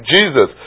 Jesus